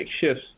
shifts